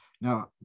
Now